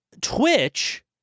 Twitch